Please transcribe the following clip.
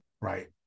right